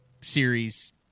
series